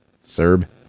Serb